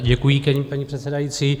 Děkuji, paní předsedající.